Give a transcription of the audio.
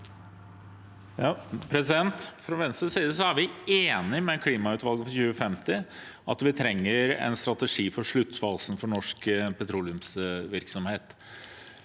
(V) Fra Venstres side er vi enig med klimautvalget for 2050 i at vi trenger en strategi for sluttfasen til norsk petroleumsvirksomhet.